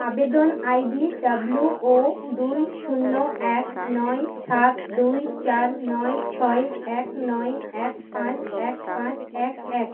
আবেদন ID W O দুই শূন্য এক নয় সাত দুই চার নয় ছয় এক নয় এক পাঁচ এক পাঁচ এক এক